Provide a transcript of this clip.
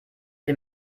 dem